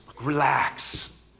relax